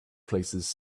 places